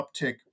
uptick